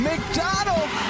McDonald